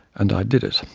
and i did it! in